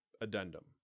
Addendum